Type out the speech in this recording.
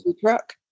truck